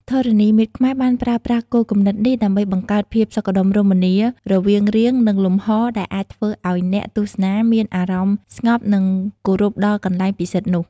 ធរណីមាត្រខ្មែរបានប្រើប្រាស់គោលគំនិតនេះដើម្បីបង្កើតភាពសុខដុមរមនារវាងរាងនិងលំហដែលអាចធ្វើឲ្យអ្នកទស្សនាមានអារម្មណ៍ស្ងប់និងគោរពដល់កន្លែងពិសិដ្ឋនោះ។